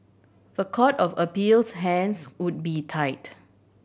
the Court of Appeal's hands would be tied